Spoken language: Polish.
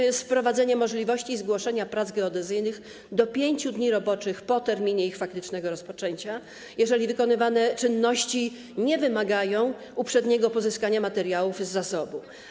Jest to wprowadzenie możliwości zgłoszenia prac geodezyjnych do 5 dni roboczych po terminie ich faktycznego rozpoczęcia, jeżeli wykonywane czynności nie wymagają uprzedniego pozyskania materiałów z zasobu.